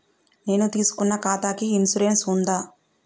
నేను తీసుకున్న ఖాతాకి ఇన్సూరెన్స్ ఉందా?